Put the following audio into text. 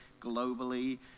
globally